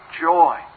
joy